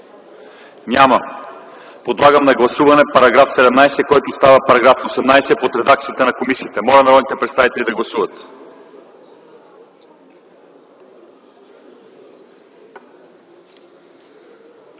Няма. Подлагам на гласуване § 17, който става § 18 по редакцията на комисията. Моля, народните представители да гласуват.